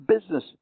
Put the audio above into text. business